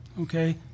okay